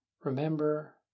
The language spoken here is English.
remember